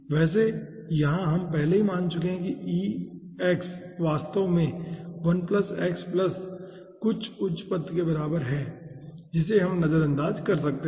वैसे यहाँ हम पहले ही मान चुके हैं कि वास्तव में 1x कुछ उच्च पद के बराबर है जिसे हम नज़रअंदाज़ कर सकते हैं